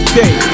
day